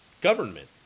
Government